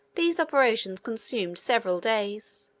these operations consumed several days.